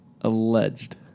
Alleged